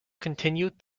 continued